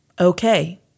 Okay